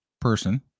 person